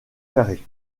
carrée